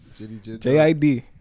Jid